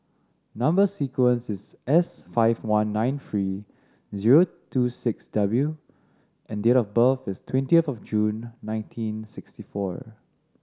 number sequence is S five one nine three zero two six W and date of birth is twenty of June nineteen sixty four